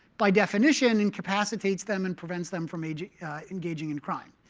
by definition, incapacitates them and prevents them from engaging in crime.